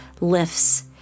lifts